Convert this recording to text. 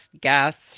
guest